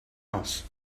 else